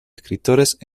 escritores